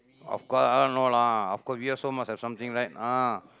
of course I know lah of course we also must have something right ah